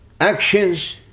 actions